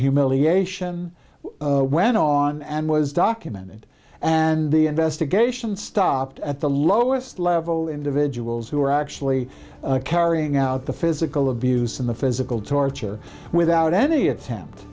humiliation went on and was documented and the investigation stopped at the lowest level individuals who were actually carrying out the physical abuse in the physical torture without any attempt